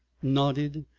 nodded,